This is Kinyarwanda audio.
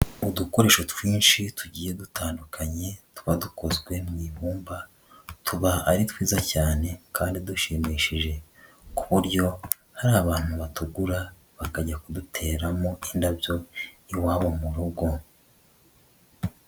Udukoresho twinshi tugiye dutandukanye tuba dukozwe mu ibumba, tuba ari twiza cyane kandi dushimishije ku buryo hari abantu batugura bakajya kuduteramo indabyo iwabo mu rugo.